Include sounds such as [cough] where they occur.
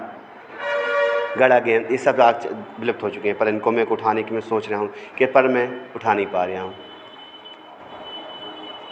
गड़ा गेंद यह सब [unintelligible] विलुप्त हो चुके हैं पर इनको मेरेको उठाने की मैं सोच रहा हूँ के पर मैं उठा नहीं पा रहा हूँ